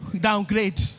downgrade